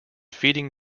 feeding